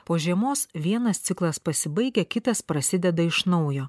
po žiemos vienas ciklas pasibaigia kitas prasideda iš naujo